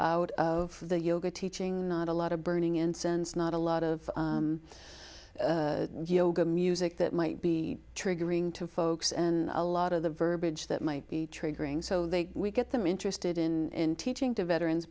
out of the yoga teaching not a lot of burning incense not a lot of yoga music that might be triggering to folks and a lot of the verbiage that might be triggering so they get them interested in teaching to veterans